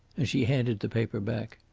and she handed the paper back.